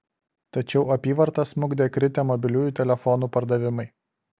tačiau apyvartą smukdė kritę mobiliųjų telefonų pardavimai